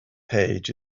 page